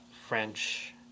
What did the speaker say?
french